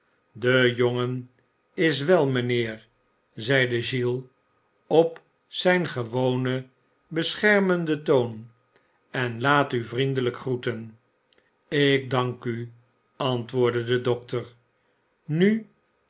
de jongen is wel mijnheer zeide giles op zijn gewonen beschermenden toon en laat u vriendelijk groeten ik dank u antwoordde de dokter nu